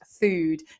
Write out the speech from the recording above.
food